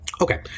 Okay